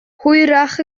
hwyrach